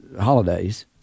holidays